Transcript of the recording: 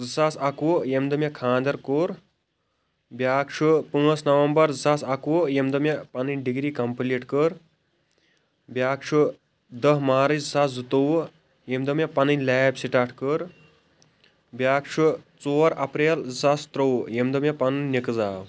زٕ ساس اکوُہ ییٚمہِ دۄہ مےٚ خانٛدر کوٚر بیٛاکھ چھُ پٲنٛژھ نومبر زٕساس اکوُہ ییٚمہِ دۄہ مےٚ پنٕنۍ ڈِگری کمپُلیٖٹ کٔر بیٛاکھ چھُ دٔہ مارٕچ زٕ ساس زٕتوٚوُہ ییٚمہِ دۄہ مےٚ پنٕنۍ لیب سِٹارٹ کٔر بیٛاکھ چھُ ژور اپریل زٕ ساس ترٛوٚوُہ ییٚمہِ دۄہ مےٚ پنُن نِکہٕ زاو